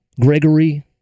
Gregory